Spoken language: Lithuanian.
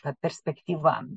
ta perspektyva